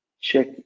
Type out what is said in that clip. Check